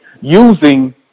using